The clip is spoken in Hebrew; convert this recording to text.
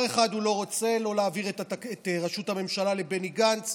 דבר אחד הוא לא רוצה: להעביר את ראשות הממשלה לבני גנץ.